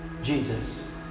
jesus